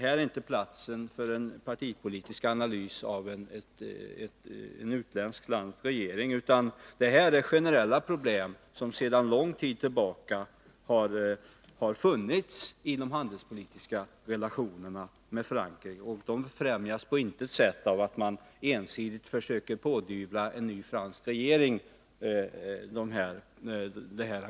Här är inte platsen för en partipolitisk analys av ett annat lands regering, utan här gäller det generella problem som sedan lång tid tillbaka har funnits i de handelspolitiska relationerna med Frankrike. De förbindelserna befrämjas på intet sätt genom att man ensidigt försöker pådyvla en ny fransk regering det här agerandet.